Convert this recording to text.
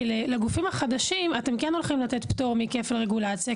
כי לגופים החדשים אתם כן הולכים לתת פטור מכפל רגולציה,